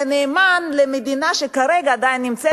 אלא נאמן למדינה שכרגע עדיין נמצאת